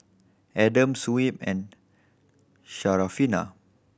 Adam Shuib and Syarafina